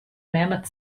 mammoth